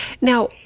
Now